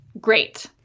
great